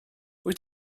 wyt